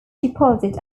deposit